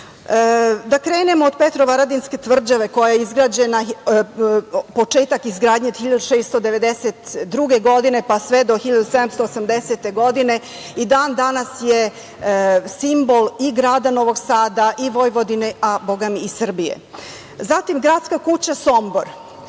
krenemo od Petrovaradinske tvrđave, čije je početak izgradnje bio 1692. godine, pa sve do 1780. godine. I dan danas je simbol i grada Novog Sada i Vojvodine, a bogami i Srbije. Zatim, Gradska kuća Sombor,